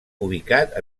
ubicat